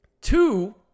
Two